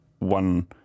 one